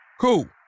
Cool